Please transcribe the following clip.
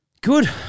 Good